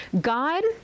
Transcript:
God